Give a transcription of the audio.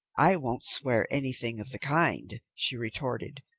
i won't swear anything of the kind, she retorted,